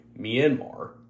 Myanmar